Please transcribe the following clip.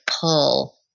pull